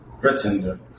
Pretender